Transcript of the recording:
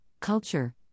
culture